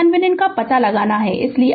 इसलिएRThevenin 10 Ω